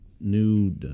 new